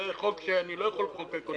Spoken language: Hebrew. זה חוק שאני לא יכול לחוקק אותו.